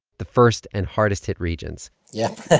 the first and hardest-hit regions yeah.